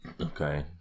Okay